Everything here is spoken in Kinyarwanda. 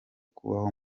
kubaho